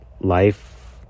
life